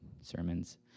sermons